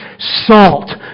salt